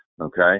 Okay